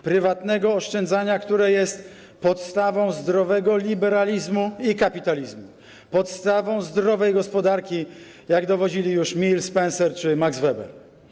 Prywatnego oszczędzania, które jest podstawą zdrowego liberalizmu i kapitalizmu, podstawą zdrowej gospodarki, jak dowodzili już Mill, Spencer czy Weber.